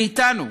מאתנו?